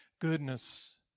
goodness